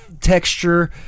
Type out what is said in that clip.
texture